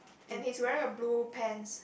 and he is wearing a blue pants